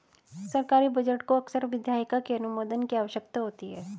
सरकारी बजट को अक्सर विधायिका के अनुमोदन की आवश्यकता होती है